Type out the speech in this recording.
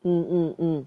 mm mm mm